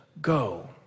go